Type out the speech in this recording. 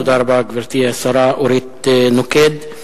תודה רבה, גברתי השרה אורית נוקד.